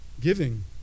giving